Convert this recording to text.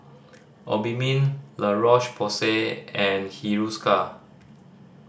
Obimin La Roche Porsay and Hiruscar